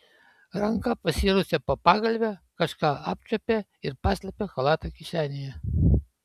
ranka pasirausė po pagalve kažką apčiuopė ir paslėpė chalato kišenėje